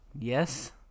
Yes